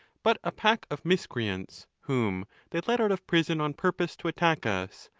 but a pack of miscreants, whom they let out of prison on purpose to attack us,